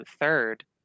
third